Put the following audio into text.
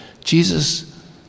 Jesus